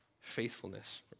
faithfulness